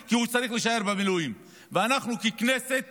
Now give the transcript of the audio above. כי הוא צריך להישאר במילואים, ואנחנו ככנסת